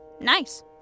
nice